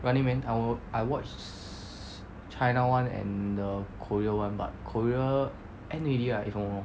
running man I w~ I watch china [one] and the korea [one] but korea end already right if I'm not wrong